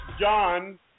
John